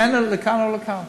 לכאן או לכאן.